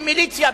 ממיליציה,